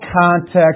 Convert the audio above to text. context